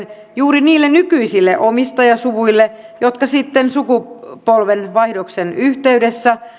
juuri niille nykyisille omistajasuvuille jotka sitten sukupolvenvaihdoksen yhteydessä